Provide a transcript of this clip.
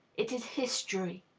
it is history.